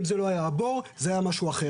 אם זה לא היה הבור, אז היה משהו אחר.